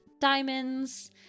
Diamonds